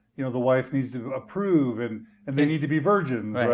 you know the wife needs to approve, and and they need to be virgins,